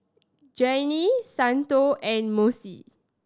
Jeane Santo and Mossie